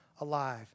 alive